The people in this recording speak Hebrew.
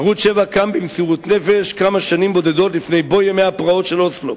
ערוץ-7 קם במסירות נפש כמה שנים בודדות לפני בוא ימי הפורענות של אוסלו.